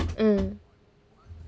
mm